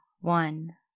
one